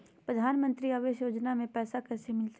प्रधानमंत्री आवास योजना में पैसबा कैसे मिलते?